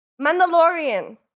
Mandalorian